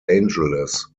angeles